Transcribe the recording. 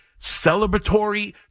celebratory